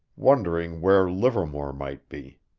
wondering where livermore might be.